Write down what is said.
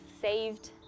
saved